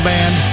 Band